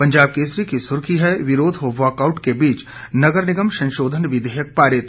पंजाब केसरी की सुर्खी है विरोध व वॉकआउट के बीच नगर निगम संशोधन विधेयक पारित